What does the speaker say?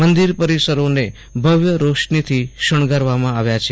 મંદિર પરિસરોને ભવ્ય રોશનીથી શણગારવામાં આવ્યા છે